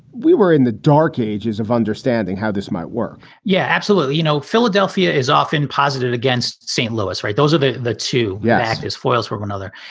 we were in the dark ages of understanding how this might work yeah, absolutely. you know, philadelphia is often posited against st lewis, right? those are the the two yeah act as foils for another.